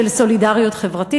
של סולידריות חברתית.